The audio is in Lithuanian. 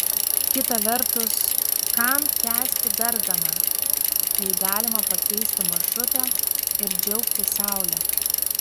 kita vertus kam kęsti darganą jei galima pakeisti maršrutą ir džiaugtis saule